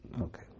Okay